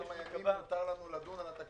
--- אתה שואל כמה ימים נותרו לנו לדון על התקציב,